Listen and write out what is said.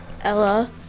Ella